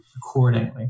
accordingly